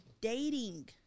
dating